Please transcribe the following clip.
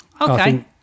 Okay